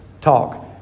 talk